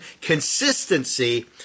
consistency